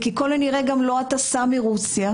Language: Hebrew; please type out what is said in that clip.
וככל הנראה גם לא הטסה מרוסיה,